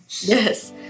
Yes